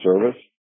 service